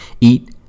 eat